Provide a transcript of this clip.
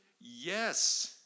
Yes